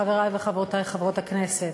תודה, חברי וחברותי חברות הכנסת,